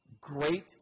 Great